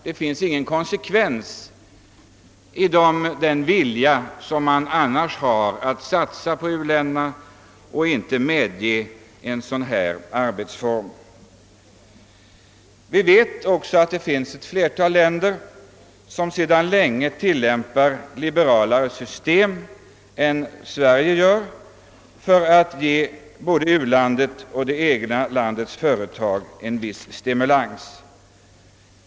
Det är ingen konsekvens i den vilja som man annars visar att satsa på u-länderna, när man inte vill medge en sådan avräkning som motionärerna föreslagit. Vi vet också att ett flertal länder sedan länge tillämpat ett liberalare system än Sverige för att ge både u-länderna och det egna landets företag en viss stimulans.